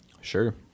Sure